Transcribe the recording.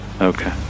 Okay